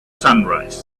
sunrise